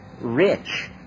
rich